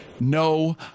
No